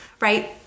Right